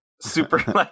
Super